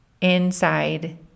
inside